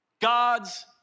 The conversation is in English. God's